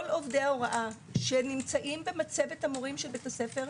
עובדי ההוראה שנמצאים במצבת המורים של בית הספר,